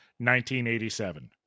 1987